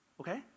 okay